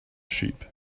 sheep